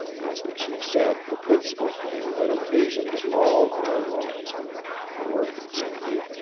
as the chief said, the principal thing that occasioned all our want for, said he,